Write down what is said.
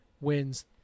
wins